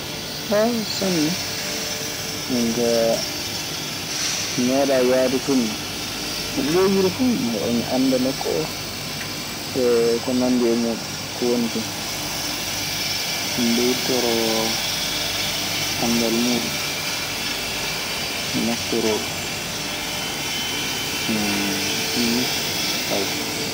Sanne, min kaa mi meeɗaa yaade toon non. No ɓooyiri fuu, mi heɓan mi anndan nokku oo e ko nandi e muuɗun ko woni ton. Mi ɓeyditoroo anndal muuɗun, mi naftoroo ɗun. Ɗun nii tawo.